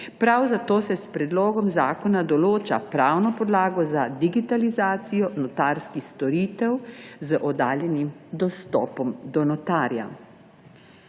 Prav zato se s predlogom zakona določa pravno podlago za digitalizacijo notarskih storitev z oddaljenim dostopom do notarja.